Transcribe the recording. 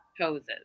poses